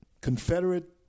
Confederate